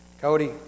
Cody